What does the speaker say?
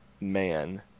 man